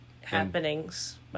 happenings